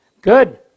Good